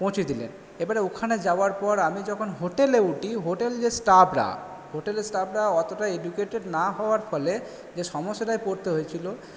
পৌঁছে দিলেন এবারে ওখানে যাওয়ার পর আমি যখন হোটেলে উঠি হোটেল যে স্টাফরা হোটেলের স্টাফরা অতোটা এডুকেটেড না হওয়ার ফলে যে সমস্যাটায় পড়তে হয়েছিল